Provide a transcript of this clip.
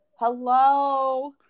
Hello